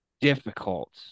difficult